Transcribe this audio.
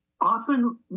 often